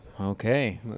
Okay